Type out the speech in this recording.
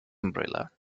umbrella